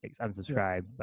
unsubscribe